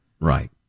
Right